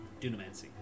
Dunamancy